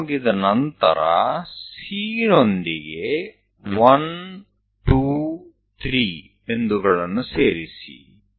ಅದು ಮುಗಿದ ನಂತರ C ನೊಂದಿಗೆ 1 2 3 ಬಿಂದುಗಳನ್ನು ಸೇರಿಸಿ